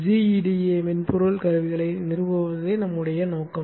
gEDA மென்பொருள் கருவிகளை நிறுவுவதே நம்முடைய நோக்கம்